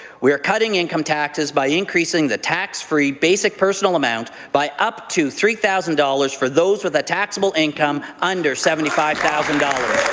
we are cutting income taxes by increasing the tax-free basic personal amount by up to three thousand dollars for those with a taxable income under seventy five thousand dollars.